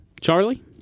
Charlie